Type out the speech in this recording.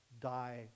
die